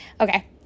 okay